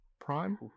Prime